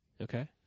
Okay